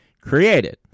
created